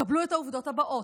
קבלו את העובדות הבאות.